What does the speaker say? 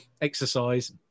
exercise